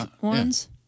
ones